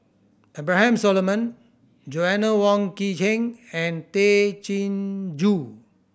Abraham Solomon Joanna Wong Quee Heng and Tay Chin Joo